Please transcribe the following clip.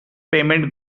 payment